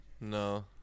no